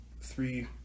three